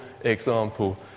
example